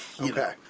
Okay